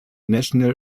national